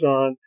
on